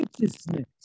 righteousness